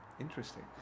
interesting